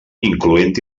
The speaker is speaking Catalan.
incloent